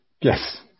yes